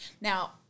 Now